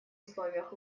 условиях